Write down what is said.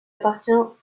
appartient